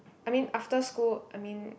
I mean after school I mean